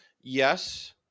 yes